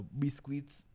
biscuits